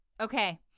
Okay